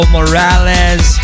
Morales